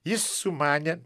jis sumanė